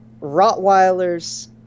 Rottweilers